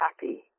happy